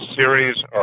series